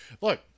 Look